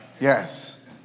Yes